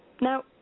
Now